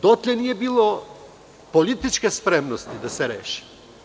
Dotle nije bilo političke spremnosti da se reši.